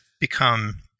become